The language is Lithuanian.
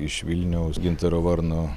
iš vilniaus gintaro varno